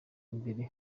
imbere